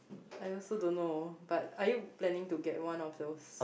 I also don't know but are you planning to get one of those